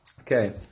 Okay